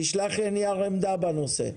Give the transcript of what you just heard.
תשלח לי נייר עמדה בנושא.